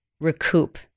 recoup